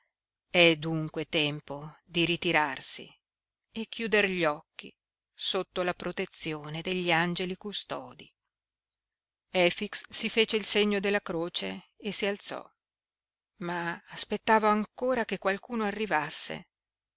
è dunque tempo di ritirarsi e chiuder gli occhi sotto la protezione degli angeli custodi efix si fece il segno della croce e si alzò ma aspettava ancora che qualcuno arrivasse